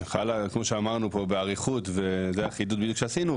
חלה כמו שאמרנו פה באריכות ודי אחידות בדיוק שעשינו,